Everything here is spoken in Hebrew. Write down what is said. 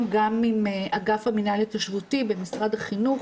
גם עם אגף למינהל התיישבותי במשרד החינוך,